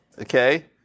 Okay